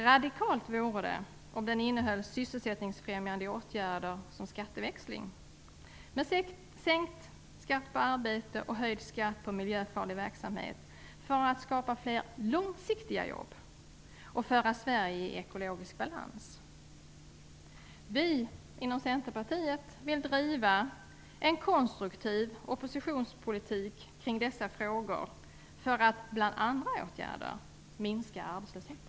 Radikalt vore om den innehåll sysselsättningsfrämjande åtgärder som skatteväxling, med sänkt skatt på arbete och höjd skatt på miljöfarlig verksamhet för att skapa fler långsiktiga jobb och för att föra Sverige in i ekologisk balans. Vi inom Centerpartiet vill driva en konstruktiv oppositionspolitik kring dessa frågor för att bland andra åtgärder minska arbetslösheten.